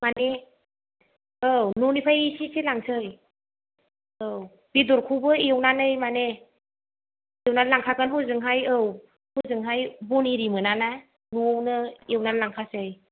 मानि औ न'निफ्राय एसे एसे लांनोसै औ बेदरखौबो एवनानै माने एवनानै लांखागोन हजोंहाय औ हजोंहाय बन आरि मोना ना न'आवनो एवनानै लांखानोसै